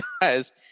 guys